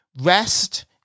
rest